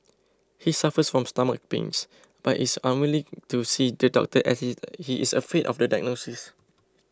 he suffers from stomach pains but is unwilling to see the doctor as he is afraid of the diagnosis